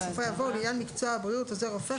בסופה יבוא "ולעניין מקצוע הבריאות עוזר רופא,